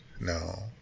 no